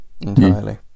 entirely